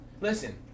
Listen